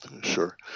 Sure